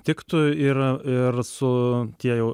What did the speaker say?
tiktų ir ir su tie jau